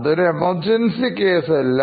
അത് ഒരു emergency case അല്ല